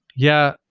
yeah,